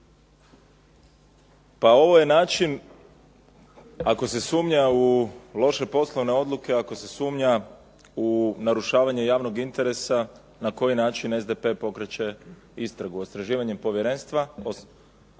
Pa ovo je način ako se sumnja u loše poslovne odluke, ako se sumnja u narušavanje javnog interesa na koji način SDP pokreće istragu, ostvarivanjem povjerenstva